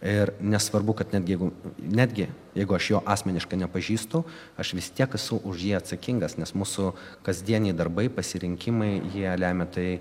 ir nesvarbu kad netgi jeigu netgi jeigu aš jo asmeniškai nepažįstu aš vis tiek esu už jį atsakingas nes mūsų kasdieniai darbai pasirinkimai jie lemia tai